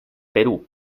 perú